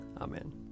Amen